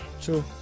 True